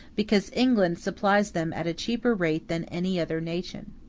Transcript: because england supplies them at a cheaper rate than any other nation.